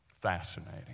Fascinating